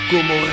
Como